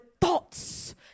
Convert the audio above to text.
thoughts